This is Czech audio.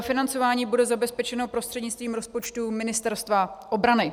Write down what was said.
Financování bude zabezpečeno prostřednictvím rozpočtu Ministerstva obrany.